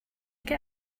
get